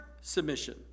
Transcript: submission